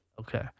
Okay